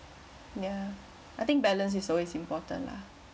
ya I think balance is always important lah